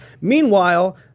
Meanwhile